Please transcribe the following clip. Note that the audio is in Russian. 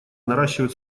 наращивают